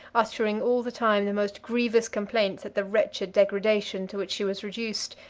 uttering all the time the most grievous complaints at the wretched degradation to which she was reduced,